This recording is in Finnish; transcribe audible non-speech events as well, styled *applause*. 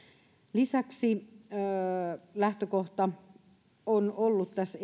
lisäksi lähtökohta on tässä esityksessä ollut tässä *unintelligible*